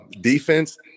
Defense